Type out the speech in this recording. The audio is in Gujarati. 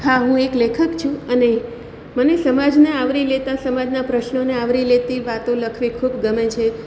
હા હું એક લેખક છું અને મને સમાજને આવરી લેતા સમાજના પ્રશ્નોને આવરી લેતી વાતો લખવી ખૂબ ગમે છે